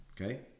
okay